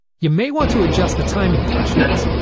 you may want to adjust the timing thresholds.